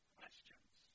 Questions